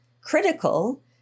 critical